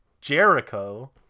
jericho